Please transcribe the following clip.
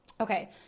Okay